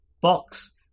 box